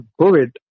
COVID